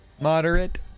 Moderate